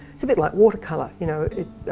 it's a bit like watercolour you know, it